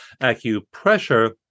Acupressure